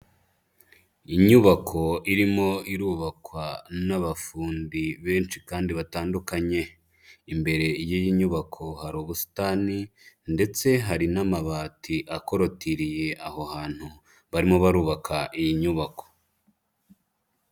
Inyubako irimo irubakwa n'abafundi benshi kandi batandukanye, imbere y'iyi nyubako hari ubusitani ndetse hari n'amabati akorotiriye aho hantu barimo barubaka iyi nyubako.